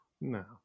No